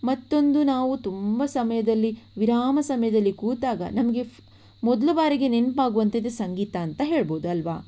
ಮತ್ತೊಂದು ನಾವು ತುಂಬ ಸಮಯದಲ್ಲಿ ವಿರಾಮ ಸಮಯದಲ್ಲಿ ಕೂತಾಗ ನಮಗೆ ಫ್ ಮೊದಲ ಬಾರಿಗೆ ನೆನಪಾಗುವಂಥದ್ದು ಸಂಗೀತ ಅಂತ ಹೇಳಬಹುದು ಅಲ್ವಾ